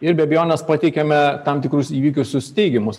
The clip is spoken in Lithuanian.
ir be abejonės pateikiame tam tikrus įvykusius teigiamus